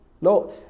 No